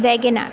Wagon R